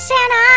Santa